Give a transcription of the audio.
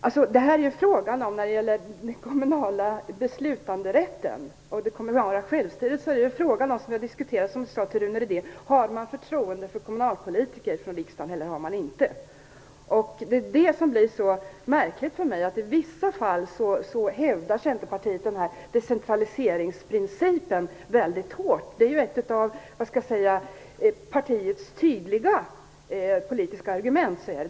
När det gäller den kommunala beslutanderätten och det kommunala självstyret är frågan - vi har diskuterat det och jag har sagt det till Rune Rydén - om riksdagen har förtroende för kommunalpolitikerna. Det är märkligt tycker jag att Centern i vissa fall hävdar decentraliseringsprincipen hårt. Det är ju ett av partiets tydliga argument.